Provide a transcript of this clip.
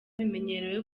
bimenyerewe